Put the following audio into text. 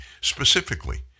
specifically